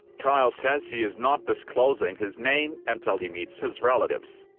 kyle says he is not disclosing his name until he meets his relatives.